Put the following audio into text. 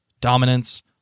dominance